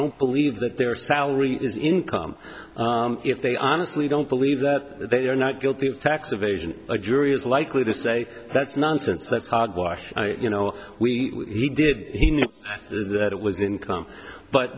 don't believe that their salary is income if they honestly don't believe that they are not guilty of tax evasion a jury is likely to say that's nonsense that's hogwash you know we he did he knew that it was income but